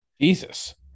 Jesus